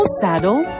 saddle